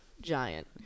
giant